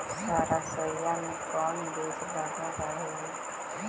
सरसोई मे कोन बीज लग रहेउ?